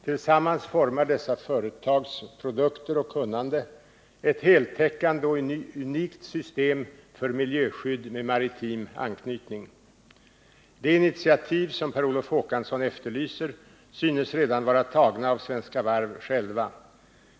Tillsammans formar dessa företags produkter och kunnande ett heltäckande och unikt system för miljöskydd med maritim anknytning. De initiativ som Per Olof Håkansson efterlyser synes redan vara tagna av Svenska Varv AB själva.